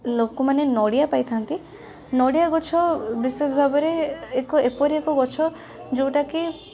ଲୋକମାନେ ନଡ଼ିଆ ପାଇଥାନ୍ତି ନଡ଼ିଆ ଗଛ ବିଶେଷ ଭାବରେ ଏକ ଏପରି ଏକ ଗଛ ଯେଉଁଟାକି